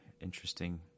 Interesting